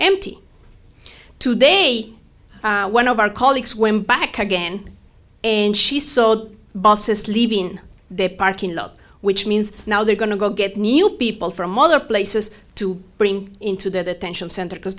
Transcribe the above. empty to day one of our colleagues swim back again and she sold buses leaving their parking lot which means now they're going to go get new people from other places to bring into that attention center because